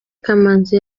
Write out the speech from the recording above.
kamanzi